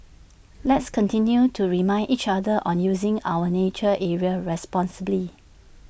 let's continue to remind each other on using our nature areas responsibly